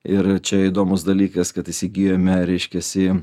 ir čia įdomus dalykas kad įsigijome reiškiasi